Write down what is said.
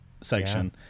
section